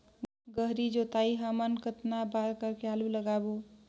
गहरी जोताई हमन कतना बार कर के आलू लगाबो?